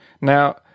now